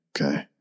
okay